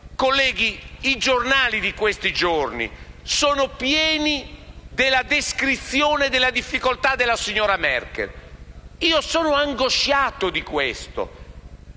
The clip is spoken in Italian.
colleghi, i giornali di questi giorni sono pieni della descrizione delle difficoltà della signora Merkel. Io sono angosciato da questo.